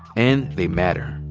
and they matter.